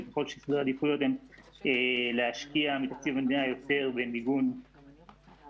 וככל שסדרי העדיפויות הם להשקיע מתקציב המדינה יותר במיגון פרטי,